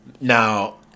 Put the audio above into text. Now